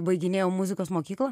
baiginėjau muzikos mokyklą